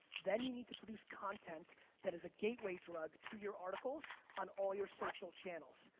then you need to produce content that is a gateway drug to your articles on all your social channels.